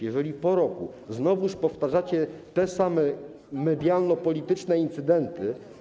Jeżeli po roku znowu przytaczacie te same medialno-polityczne incydenty.